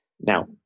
now